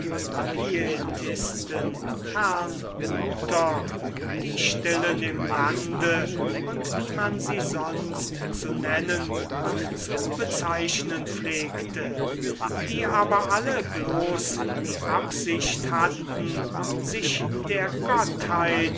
herrnhuter die stillen im lande und wie man sie sonst zu nennen und zu bezeichnen pflegte die aber alle bloß die absicht hatten sich der gottheit